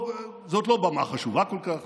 טוב, זאת לא במה חשובה כל כך,